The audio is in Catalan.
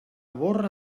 borra